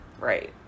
Right